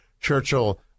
Churchill